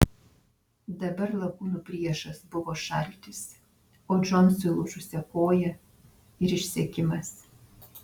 dabar lakūnų priešas buvo šaltis o džonsui lūžusia koja ir išsekimas